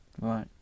right